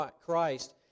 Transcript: Christ